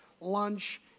lunch